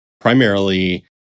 primarily